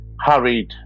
hurried